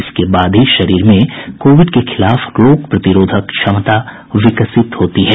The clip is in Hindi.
इसके बाद ही शरीर में कोविड के खिलाफ रोग प्रतिरोधक क्षमता विकसित होती है